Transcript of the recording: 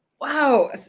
Wow